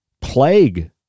plague